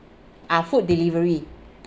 uh food delivery